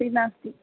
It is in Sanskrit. त्रि नास्ति